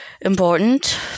important